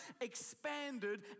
expanded